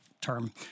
term